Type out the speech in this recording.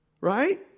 Right